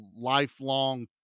lifelong